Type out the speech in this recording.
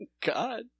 God